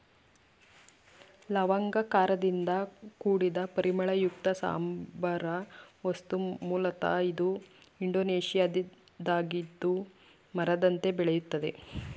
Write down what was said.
ಲವಂಗ ಖಾರದಿಂದ ಕೂಡಿದ ಪರಿಮಳಯುಕ್ತ ಸಾಂಬಾರ ವಸ್ತು ಮೂಲತ ಇದು ಇಂಡೋನೇಷ್ಯಾದ್ದಾಗಿದ್ದು ಮರದಂತೆ ಬೆಳೆಯುತ್ತದೆ